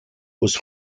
was